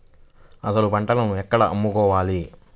అసలు పంటను ఎక్కడ అమ్ముకోవాలి?